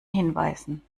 hinweisen